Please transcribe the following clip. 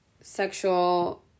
sexual